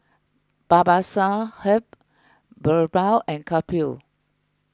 Babasaheb Birbal and Kapil